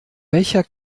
welcher